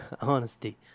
honesty